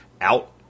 out